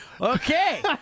Okay